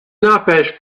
n’empêche